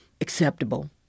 acceptable